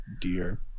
dear